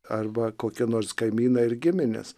arba kokie nors kaimynai ir giminės